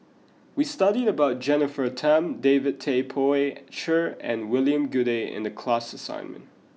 we studied about Jennifer Tham David Tay Poey Cher and William Goode in the class assignment